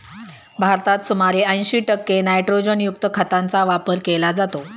भारतात सुमारे ऐंशी टक्के नायट्रोजनयुक्त खतांचा वापर केला जातो